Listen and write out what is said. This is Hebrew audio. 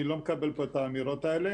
לכן, אני לא מקבל פה את האמירות האלה.